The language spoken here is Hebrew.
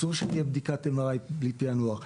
אסור שתהיה בדיקת MRI בלי פענוח.